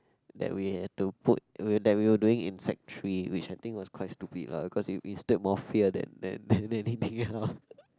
that we have to put we'll that we were doing in sec three which I think was quite stupid lah cause it instilled more fear than than than anything else